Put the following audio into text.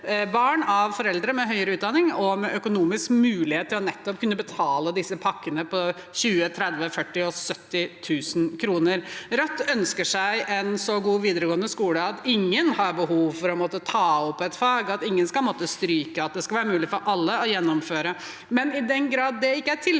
barn av foreldre med høyere utdanning og økonomisk mulighet til nettopp å kunne betale disse pakkene på 20 000, 30 000, 40 000 og 70 000 kr. Rødt ønsker seg en så god videregående skole at ingen har behov for å måtte ta opp et fag, at ingen skal måtte stryke, at det skal være mulig for alle å gjennomføre. Men i den grad det ikke er tilfellet